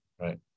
right